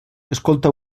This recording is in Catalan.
escolta